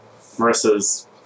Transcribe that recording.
Marissa's